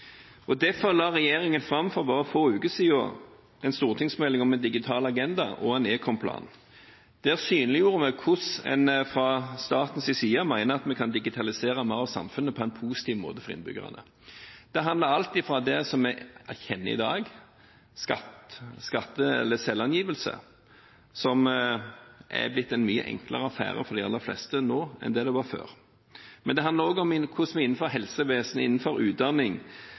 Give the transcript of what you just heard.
Derfor la regjeringen for bare få uker siden fram en stortingsmelding om en digital agenda og en ekomplan. Der synliggjorde vi hvordan en fra statens side mener at vi kan digitalisere mer av samfunnet på en positiv måte for innbyggerne. Det handler om alt fra det som vi kjenner i dag, selvangivelse, som er blitt en mye enklere affære for de aller fleste nå enn det det var før, men det handler også om hvordan vi innenfor helsevesenet, innenfor utdanning,